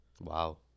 Wow